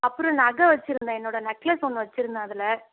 அப்புறம் நகை வச்சுருந்தேன் என்னோடய நெக்லஸ் ஒன்று வச்சுருந்தேன் அதில்